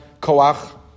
koach